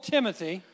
Timothy